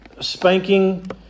spanking